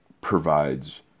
provides